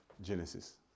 Genesis